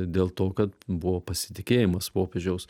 dėl to kad buvo pasitikėjimas popiežiaus